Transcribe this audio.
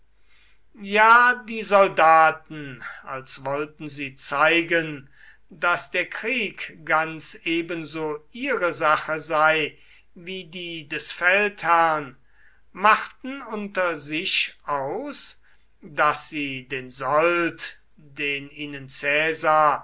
ja die soldaten als wollten sie zeigen daß der krieg ganz ebenso ihre sache sei wie die des feldherrn machten unter sich aus daß sie den sold den ihnen caesar